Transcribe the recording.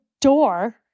door